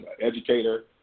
educator